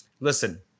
listen